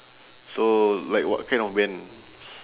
so like what kind of bands